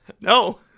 no